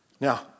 Now